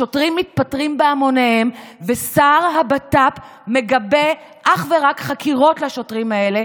השוטרים מתפטרים בהמוניהם ושר הבט"פ מגבה אך ורק חקירות לשוטרים האלה